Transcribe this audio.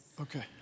Okay